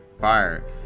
fire